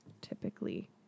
typically